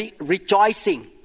rejoicing